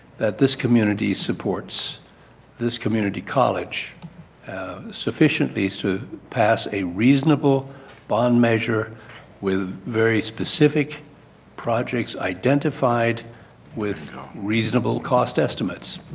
that this community supports this community college sufficiently to pass a reasonable bond measure with very specific projects identified with reasonable cost estimates